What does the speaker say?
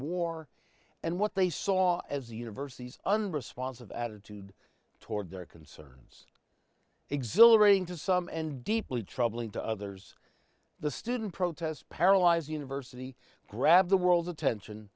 war and what they saw as the university's unresponsive attitude toward their concerns exhilarating to some and deeply troubling to others the student protests paralyze university grabbed the world's attention